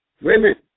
women